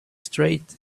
straight